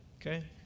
Okay